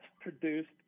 produced